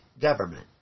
government